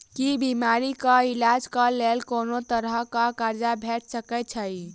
की बीमारी कऽ इलाज कऽ लेल कोनो तरह कऽ कर्जा भेट सकय छई?